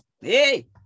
Hey